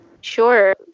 Sure